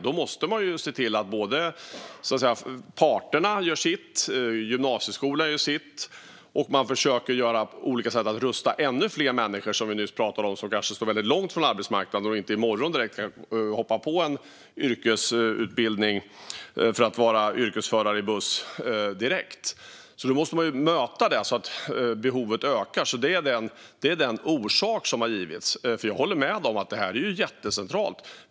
Då måste vi se till att både parterna och gymnasieskolorna gör sitt och att man, som vi nyss pratade om, på olika sätt försöker rusta ännu fler människor som kanske står väldigt långt från arbetsmarknaden och inte direkt i morgon kan hoppa på en yrkesutbildning för att bli bussförare. Man måste möta detta så att behovet ökar. Detta är den orsak som har angivits. Jag håller med om att detta är jättecentralt.